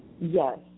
Yes